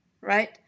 right